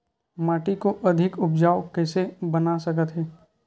माटी को अधिक उपजाऊ कइसे बना सकत हे?